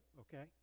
Okay